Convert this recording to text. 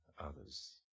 others